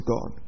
God